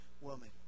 woman